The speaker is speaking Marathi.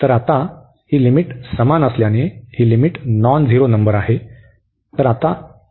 तर आता ही लिमिट समान असल्याने ही लिमिट नॉन झिरो नंबर आहे